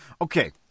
Okay